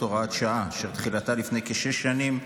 הוראת שעה אשר תחילתה לפני כשש שנים,